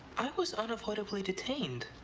i was unavoidably detained.